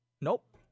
nope